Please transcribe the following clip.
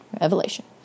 Revelation